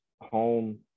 home